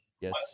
Yes